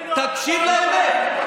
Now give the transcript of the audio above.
תקשיב לאמת.